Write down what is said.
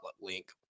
link